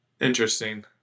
Interesting